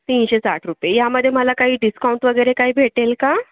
तीनशे साठ रुपये यामध्ये मला काही डिस्काउंट वगैरे काही भेटेल का